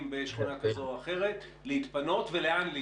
בשכונה כזאת או אחרת להתפנות ולאן להתפנות.